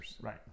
Right